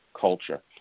culture